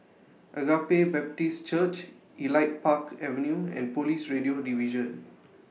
Agape Baptist Church Elite Park Avenue and Police Radio Division